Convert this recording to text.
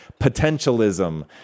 Potentialism